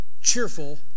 cheerful